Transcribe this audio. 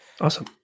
Awesome